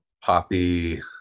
Poppy